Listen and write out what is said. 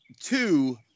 Two